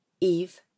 Eve